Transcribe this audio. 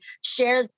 share